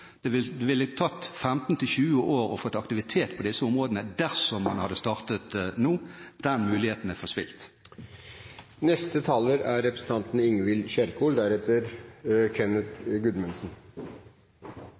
Det ville tatt 15–20 år å få aktivitet i disse områdene dersom man hadde startet nå. Den muligheten er